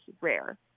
rare